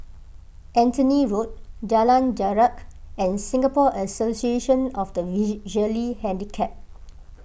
Anthony Road Jalan Jarak and Singapore Association of the Visually Handicapped